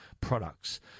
products